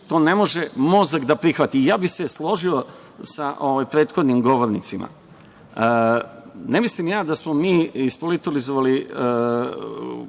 to ne može mozak da prihvati. Ja bih se složio sa prethodnim govornicima. Ne mislim ja da smo mi ispolitizovali